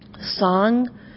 Song